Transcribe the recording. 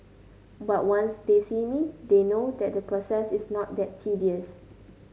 but once they see me they know that the process is not that tedious